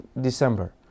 december